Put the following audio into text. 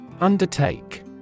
Undertake